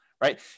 right